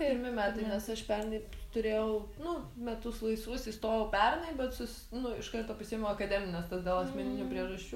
pirmi metai nes aš pernai turėjau nu metus laisvus įstojau pernai bet sus nu iš karto pasiėmiau akademines tas dėl asmeninių priežasčių